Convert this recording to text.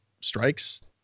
strikes